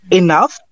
enough